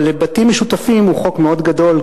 אבל לבתים משותפים הוא חוק מאוד גדול,